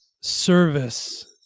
service